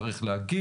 קרן תציג את זה,